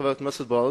חבר הכנסת ברוורמן,